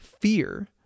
fear